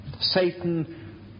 Satan